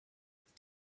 with